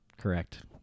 Correct